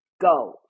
go